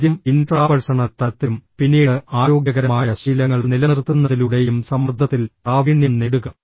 ആദ്യം ഇൻട്രാപഴ്സണൽ തലത്തിലും പിന്നീട് ആരോഗ്യകരമായ ശീലങ്ങൾ നിലനിർത്തുന്നതിലൂടെയും സമ്മർദ്ദത്തിൽ പ്രാവീണ്യം നേടുക